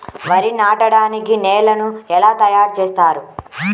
వరి నాటడానికి నేలను ఎలా తయారు చేస్తారు?